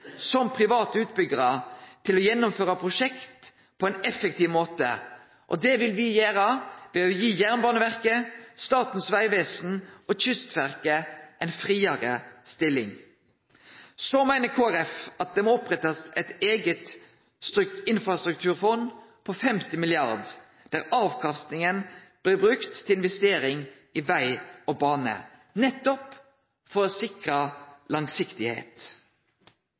som private utbyggjarar til å gjennomføre prosjekt på ein effektiv måte, og det vil me gjere ved å gi Jernbaneverket, Statens vegvesen og Kystverket ei friare stilling. Så meiner Kristeleg Folkeparti at det må opprettast eit eige infrastrukturfond på 50 mrd. kr, der avkastinga blir brukt til investering i veg og bane, nettopp for å